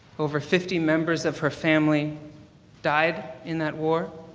over fifty members of her family died in that war.